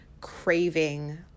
craving